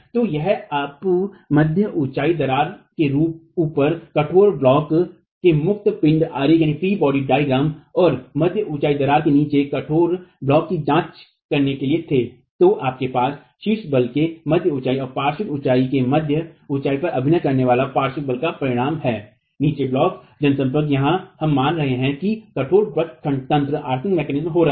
तो यदि आप मध्य ऊंचाई दरार के ऊपर कठोर ब्लॉक के मुक्त पिण्ड आरेख और मध्य ऊंचाई दरार के नीचे कठोर ब्लॉक की जांच करने के लिए थे तो आपके पास शीर्ष बल के मध्य ऊंचाई और पार्श्व ऊंचाई के मध्य ऊंचाई पर अभिनय करने वाले पार्श्व बल का परिणाम है नीचे ब्लॉक जनसंपर्क यहाँ हम मान रहे हैं कि कठोर व्रत खंड तंत्र हो रहा है